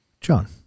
John